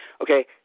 okay